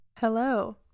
hello